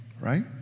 right